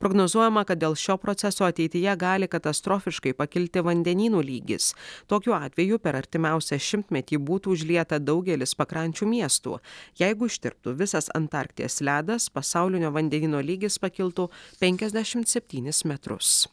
prognozuojama kad dėl šio proceso ateityje gali katastrofiškai pakilti vandenynų lygis tokiu atveju per artimiausią šimtmetį būtų užlieta daugelis pakrančių miestų jeigu ištirptų visas antarkties ledas pasaulinio vandenyno lygis pakiltų penkiasdešimt septynis metrus